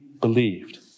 believed